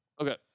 Okay